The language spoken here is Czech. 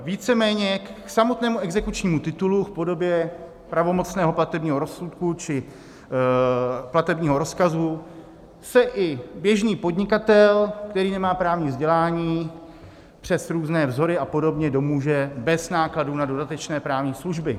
Víceméně k samotnému exekučnímu titulu v podobě pravomocného platebního rozsudku či platebního rozkazu se i běžný podnikatel, který nemá právní vzdělání, přes různé vzory a podobně domůže bez nákladů na dodatečné právní služby.